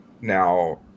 now